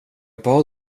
bad